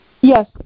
Yes